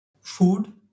food